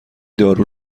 دارو